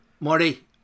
Marty